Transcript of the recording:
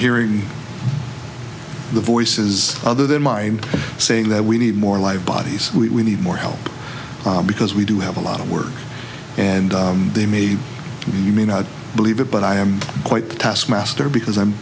hearing the voices other than my saying that we need more live bodies we need more help because we do have a lot of work and they may you may not believe it but i am quite the task master because i'm